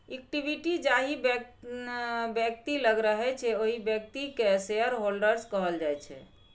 equity जाहि बेकती लग रहय छै ओहि बेकती केँ शेयरहोल्डर्स कहल जाइ छै